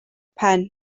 pen